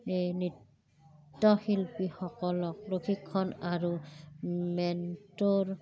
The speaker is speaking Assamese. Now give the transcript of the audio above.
এই নৃত্যশিল্পীসকলক প্ৰশিক্ষণ আৰু মেণ্টৰ